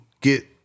get